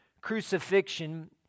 crucifixion